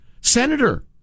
senator